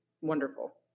wonderful